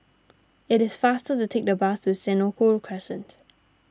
it is faster to take the bus to Senoko Crescent